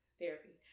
therapy